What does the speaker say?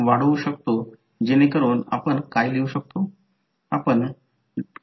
मी सांगितल्या प्रमाणे एकतर तो डॉट उलट केला किंवा करंट डॉट पासून दूर जात आहे हे पाहावे लागेल